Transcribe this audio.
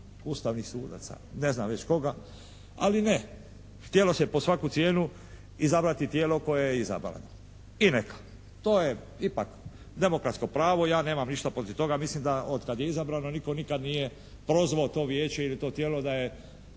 ustavnih sudaca, ne znam već koga. Ali ne, htjelo se pod svaku cijeno izabrati tijelo koje je izabrano. I neka. To je ipak demokratsko pravo, ja nemam ništa protiv toga. Mislim da od kad je izabrano nitko nikad nije prozvao to Vijeće ili to tijelo da je